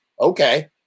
Okay